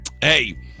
hey